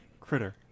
Critter